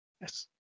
yes